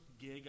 gig